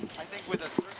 i think with a